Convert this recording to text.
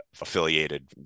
affiliated